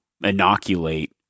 inoculate